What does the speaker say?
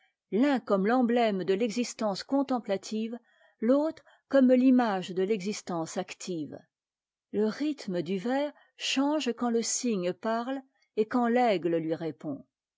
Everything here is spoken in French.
l'un comme fembtème de l'existence contemplative l'autre comme l'image de l'existence active le rhythme du vers change quand le cygne parle et quand l'aigle'lui répond